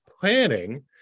planning